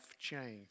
change